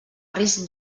risc